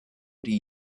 die